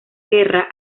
guerra